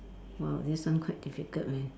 !wow! this one quite difficult leh